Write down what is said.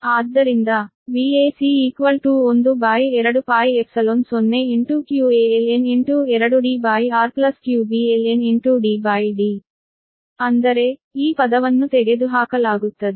ಆದ್ದರಿಂದ Vac120qaln 2Dr qbln DD ಅಂದರೆ ಈ ಪದವನ್ನು ತೆಗೆದುಹಾಕಲಾಗುತ್ತದೆ